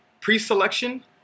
Pre-selection